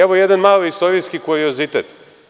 Evo jedan mali istorijski kuriozitet.